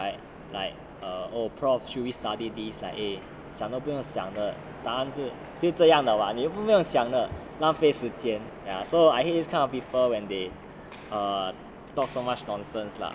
like like err oh prof should we study this like eh 想都不用想的答案是就这样的 [what] 你都不用想的浪费时间 ya so I hate this kind of people when they um talk so much nonsense lah